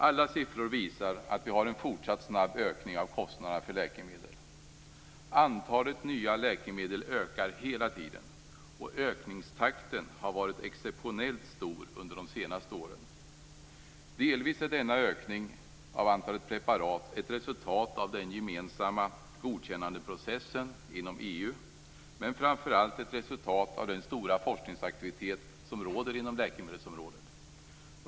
Alla siffror visar att vi har en fortsatt snabb ökning av kostnaderna för läkemedel. Antalet nya läkemedel ökar hela tiden. Ökningstakten har varit exceptionellt stor under de senaste åren. Delvis är denna ökning av antalet preparat ett resultat av den gemensamma godkännandeprocessen inom EU, men framför allt ett resultat av den stora forskningsaktivitet som råder inom läkemedelsområdet.